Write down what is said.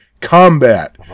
combat